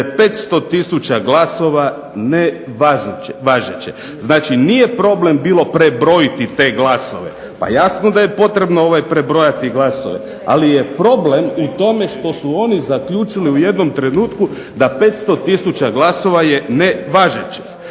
500 tisuća glasova nevažeće. Znači nije bio problem prebrojati te glasove, pa jasno da je potrebno prebrojati glasove, ali je problem u tome što su oni zaključili u jednom trenutku da je 500 tisuća glasova nevažećih.